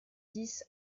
dix